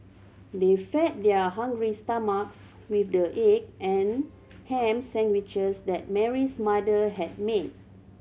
they fed their hungry stomachs with the egg and ham sandwiches that Mary's mother had made